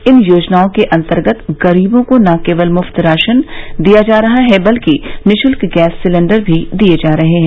इन योजनाओं के अंतर्गत गरीबों को न केवल मुफ्त राशन दिया जा रहा है बल्कि निःशुल्क गैस सिलेंडर भी दिए जा रहे हैं